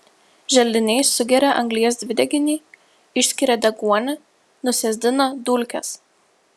želdiniai sugeria anglies dvideginį išskiria deguonį nusėsdina dulkes